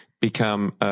become